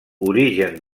origen